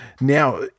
now